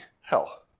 hell